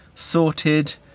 sorted